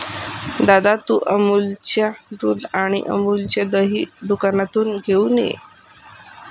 दादा, तू अमूलच्या दुध आणि अमूलचे दही दुकानातून घेऊन ये